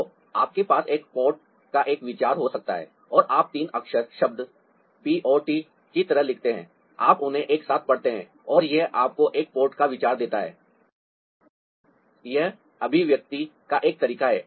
तो आपके पास एक पॉट का एक विचार हो सकता है और आप तीन अक्षर शब्द P O T की तरह लिखते हैं आप उन्हें एक साथ पढ़ते हैं और यह आपको एक पॉट का विचार देता है यह अभिव्यक्ति का एक तरीका है